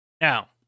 Now